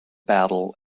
battle